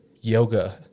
yoga